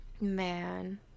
man